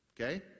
Okay